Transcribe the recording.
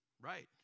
Right